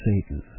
Satan